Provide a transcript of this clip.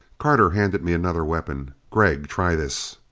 carter handed me another weapon. gregg, try this.